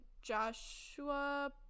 Joshua